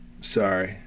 Sorry